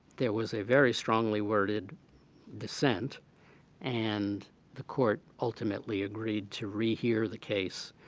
there was a very strongly worded dissent and the court ultimately agreed to rehear the case,